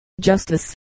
Justice